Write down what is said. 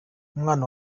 umwana